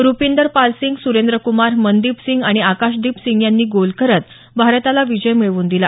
रूपींदर पाल सिंग सुरेंद्र कुमार मनदीप सिंग आणि आकाशदिप सिंग यांनी गोल करत भारताला विजय मिळवून दिला